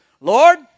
Lord